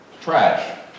Trash